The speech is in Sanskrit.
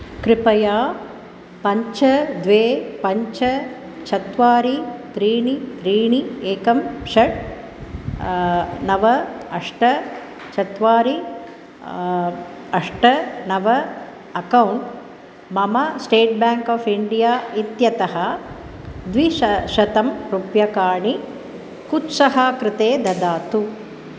कृपया पञ्च द्वे पञ्च चत्वारि त्रीणि त्रीणि एकं षट् नव अष्ट चत्वारि अष्ट नव अकौण्ट् मम स्टेट् बेङ्क् आफ़् इण्डिया इत्यतः द्विशा शतं रूप्यकाणि कुत्सः कृते ददातु